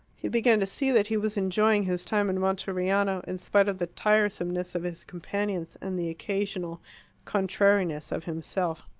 he began to see that he was enjoying his time in monteriano, in spite of the tiresomeness of his companions and the occasional contrariness of himself.